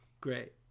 great